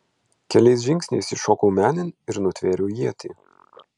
keliais žingsniais įšokau menėn ir nutvėriau ietį